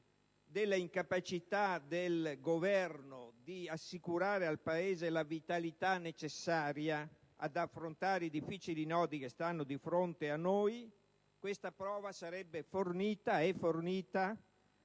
della incapacità del Governo di assicurare al Paese la vitalità necessaria ad affrontare i difficili nodi che stanno di fronte a noi, questa prova sarebbe fornita, ed è fornita,